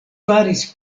faris